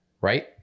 right